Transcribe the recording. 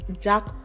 Jack